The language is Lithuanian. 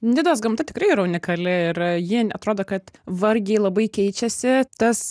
nidos gamta tikrai yra unikali ir ji atrodo kad vargiai labai keičiasi tas